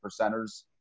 percenters